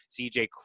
CJ